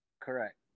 Correct